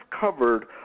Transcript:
covered